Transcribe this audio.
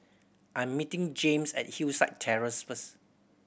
I'm meeting James at Hillside Terrace first